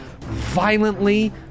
violently